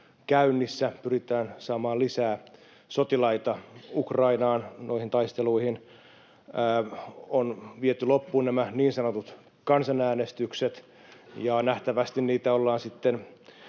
käynnissä, kun pyritään saamaan lisää sotilaita Ukrainaan noihin taisteluihin. On viety loppuun nämä niin sanotut kansanäänestykset, ja nähtävästi ollaan sitten